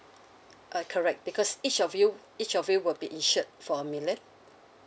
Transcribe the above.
uh correct because each of you each of you will be insured for a million